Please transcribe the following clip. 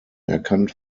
erkannt